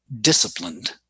disciplined